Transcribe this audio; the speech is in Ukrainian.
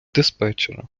диспетчера